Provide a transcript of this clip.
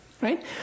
right